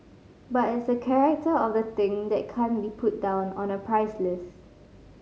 but it's the character of the thing that can't be put down on a price list